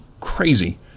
crazy